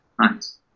Nice